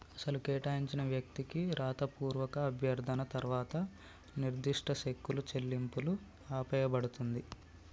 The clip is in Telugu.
అసలు కేటాయించిన వ్యక్తికి రాతపూర్వక అభ్యర్థన తర్వాత నిర్దిష్ట సెక్కులు చెల్లింపులు ఆపేయబడుతుంది